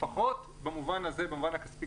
לפחות במובן הכספי.